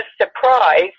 surprise